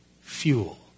fuel